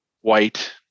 white